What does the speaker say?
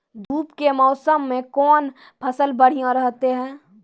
धूप के मौसम मे कौन फसल बढ़िया रहतै हैं?